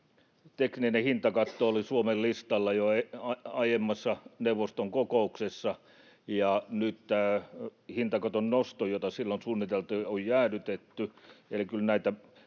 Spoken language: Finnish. tekninen hintakatto oli Suomen listalla jo aiemmassa neuvoston kokouksessa, ja nyt tämä hintakaton nosto, jota silloin suunniteltiin, on jäädytetty.